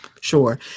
sure